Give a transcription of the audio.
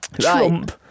Trump